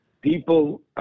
People